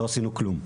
לא עשינו כלום,